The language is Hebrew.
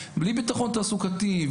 בלי ביטחון תעסוקתי,